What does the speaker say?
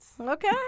Okay